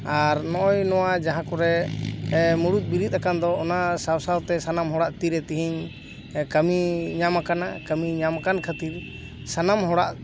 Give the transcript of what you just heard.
ᱟᱨ ᱱᱚᱜᱼᱚᱭ ᱱᱚᱶᱟ ᱡᱟᱦᱟᱸ ᱠᱚᱨᱮ ᱢᱩᱲᱩᱫ ᱵᱤᱨᱤᱫ ᱟᱠᱟᱱ ᱫᱚ ᱚᱱᱟ ᱥᱟᱶ ᱥᱟᱶᱛᱮ ᱥᱟᱱᱟᱢ ᱦᱚᱲᱟᱜ ᱛᱤᱨᱮ ᱛᱮᱦᱮᱧ ᱠᱟᱹᱢᱤ ᱧᱟᱢᱟᱠᱟᱱᱟ ᱠᱟᱹᱢᱤ ᱧᱟᱢ ᱠᱟᱱ ᱠᱷᱟᱹᱛᱤᱨ ᱥᱟᱱᱟᱢ ᱦᱚᱲᱟᱜ